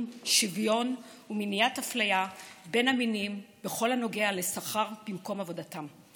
שוויון ומניעת אפליה בין המינים בכל הנוגע לשכר במקום עבודתם.